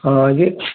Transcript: ହଁ ଯେ